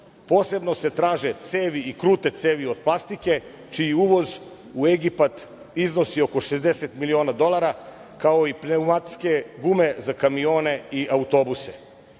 Posebno se traže cevi i krute cevi od plastike, čiji uvoz u Egipat iznosi oko 60 miliona dolara, kao i pneumatske gume za kamione i autobuse.U